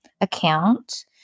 account